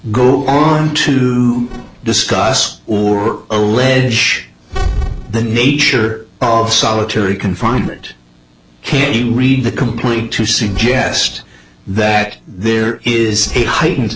go on to discuss or allege the nature of solitary confinement can read the complaint to suggest that there is a heightened